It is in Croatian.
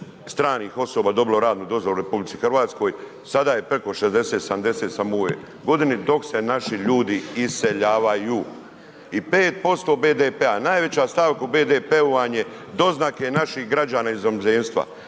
stranih osoba dobilo radnu dozvolu u RH, sada je preko 60, 70 samo u ovoj godini, dok se naši ljudi iseljavaju i 5% BDP-a, najveća stavka u BDP-u vam je doznake naših građana iz inozemstva,